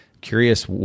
Curious